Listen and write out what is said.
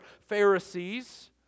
Pharisees